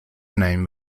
name